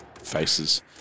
faces